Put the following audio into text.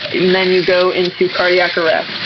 and then you go into cardiac arrest.